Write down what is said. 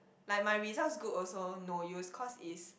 like my results good also no use cause is